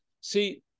See